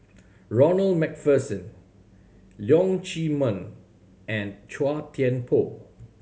Ronald Macpherson Leong Chee Mun and Chua Thian Poh